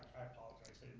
i apologize,